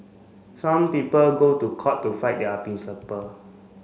some people go to court to fight their principle